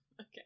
okay